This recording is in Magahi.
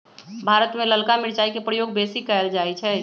भारत में ललका मिरचाई के प्रयोग बेशी कएल जाइ छइ